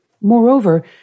Moreover